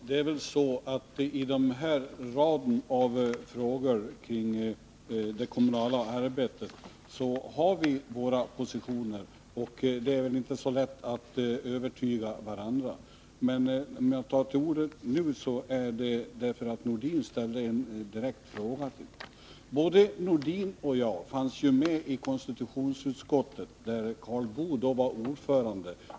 Herr talman! I raden av frågor kring det kommunala arbetet har vi våra positioner. Det är inte så lätt att övertyga varandra. Att jag tar till orda nu beror på att Sven-Erik Nordin ställde en fråga direkt till mig. Både Sven-Erik Nordin och jag fanns med i konstitutionsutskottet, när den nya kommunallagen antogs.